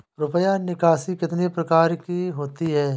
रुपया निकासी कितनी प्रकार की होती है?